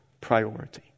priority